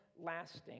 lasting